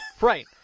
Right